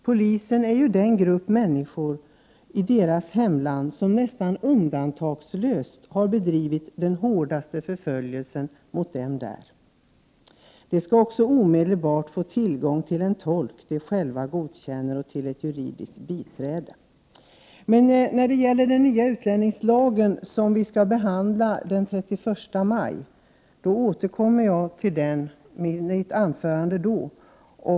Polisen representerar ju den grupp i deras hemland som nästan undantagslöst har bedrivit den hårdaste förföljelsen. Asylsökande skall också omedelbart få tillgång till en tolk som de själva godkänner samt till juridiskt biträde. Den nya utlänningslagen skall debatteras den 31 maj. Därför tar jag upp den frågan i mitt anförande då.